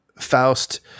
Faust